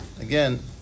again